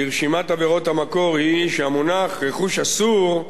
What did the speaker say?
לרשימת עבירות המקור היא שהמונח "רכוש אסור",